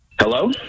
Hello